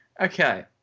Okay